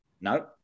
No